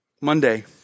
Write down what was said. Monday